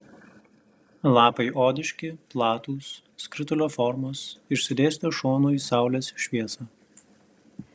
lapai odiški platūs skritulio formos išsidėstę šonu į saulės šviesą